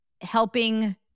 helping